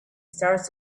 starts